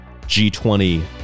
g20